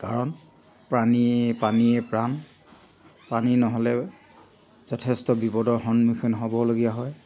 কাৰণ প্ৰাণীয়ে পানীয়ে প্ৰাণ পানী নহ'লে যথেষ্ট বিপদৰ সন্মুখীন হ'বলগীয়া হয়